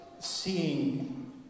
seeing